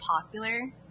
popular